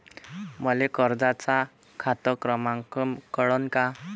मले कर्जाचा खात क्रमांक कळन का?